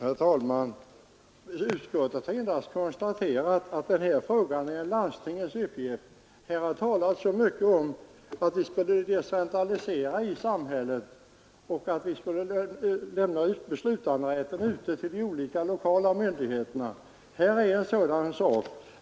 Herr talman! Utskottet har endast konstaterat att detta är en landstingens uppgift. Här har talats så mycket om att vi skall decentralisera i samhället och överlåta beslutanderätten åt de olika lokala myndigheterna. Det här är ett sådant fall.